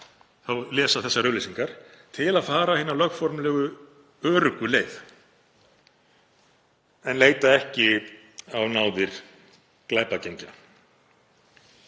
sem lesa þær auglýsingar til að fara hina lögformlegu öruggu leið en leita ekki á náðir glæpagengja.